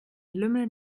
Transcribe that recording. lümmel